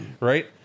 right